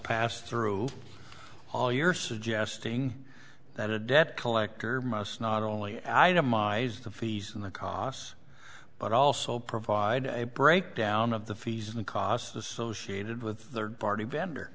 passed through all you're suggesting that a debt collector must not only itemized the fees and the cost but also provide a breakdown of the fees and costs associated with third party vendor